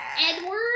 Edward